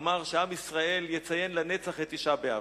אמר שעם ישראל יציין לנצח את תשעה באב.